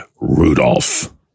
Rudolph